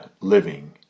living